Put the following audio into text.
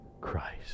Christ